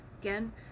again